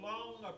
Long